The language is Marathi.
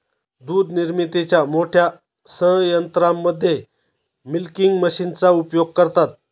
दूध निर्मितीच्या मोठ्या संयंत्रांमध्ये मिल्किंग मशीनचा उपयोग करतात